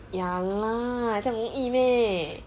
ya lah 将容易 meh